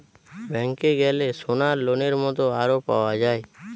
ব্যাংকে গ্যালে সোনার লোনের মত আরো পাওয়া যায়